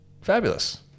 Fabulous